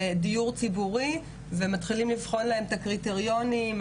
לדיור ציבורי ומתחילים לבחון להן את הקריטריונים,